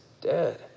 dead